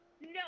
No